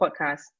Podcast